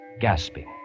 gasping